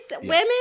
women